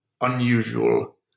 unusual